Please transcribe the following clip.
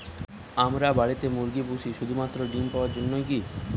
আমরা বাড়িতে মুরগি পুষি শুধু মাত্র ডিম পাওয়ার জন্যই কী?